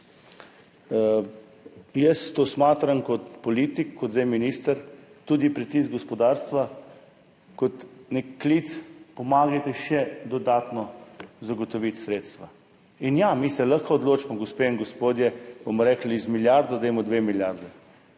Jaz smatram kot politik, zdaj kot minister, ta pritisk gospodarstva kot nek klic, pomagajte še dodatno zagotoviti sredstva. In ja, mi se lahko odločimo, gospe in gospodje, bomo rekli, dajmo milijardo, 2 milijardi,